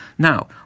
Now